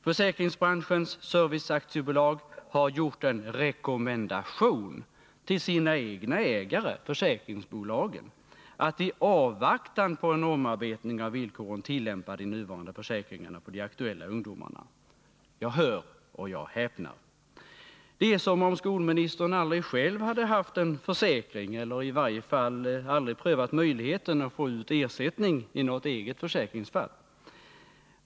Försäkringsbranschens serviceaktiebolag har gjort en rekommendation till sina egna ägare, försäkringsbolagen, att i avvaktan på Nr 37 en omarbetning av villkoren tillämpa de nuvarande försäkringarna på de aktuella ungdomarna. Jag hör, och jag häpnar. Det är som om skolministern aldrig själv hade haft en försäkring eller i varje fall aldrig prövat möjligheten att få ut ersättning i något eget försäkringsfall.